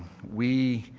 we